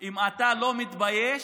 אם אתה לא מתבייש,